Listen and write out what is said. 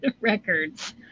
records